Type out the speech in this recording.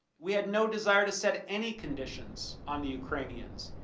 we had noticed her to set any conditions on the ukrainians.